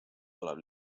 tuleb